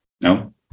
no